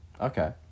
Okay